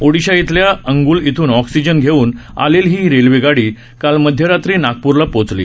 ओडिशा इथल्या अंगुल इथून ऑक्सीजन घेऊन आलेली ही रेल्वेगाडी काल मध्यरात्री नागपूरला पोहोचली